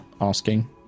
asking